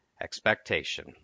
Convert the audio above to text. Expectation